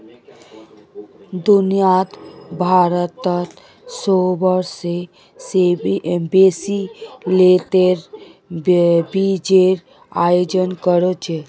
दुनियात भारतत सोबसे बेसी तेलेर बीजेर आयत कर छेक